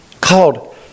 called